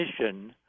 mission